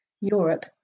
europe